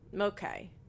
Okay